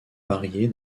varier